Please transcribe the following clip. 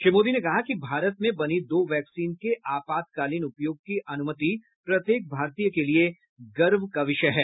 श्री मोदी ने कहा कि भारत में बनी दो वैक्सीन के आपातकालीन उपयोग की अनुमति प्रत्येक भारतीय के लिए गर्व का विषय है